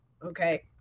Okay